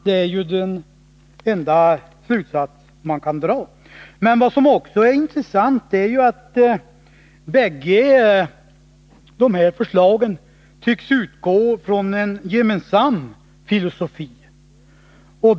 Det är den enda slutsats man 113 kan dra. Men det är också intressant att bägge förslagen tycks utgå från en gemensam filosofi.